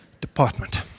department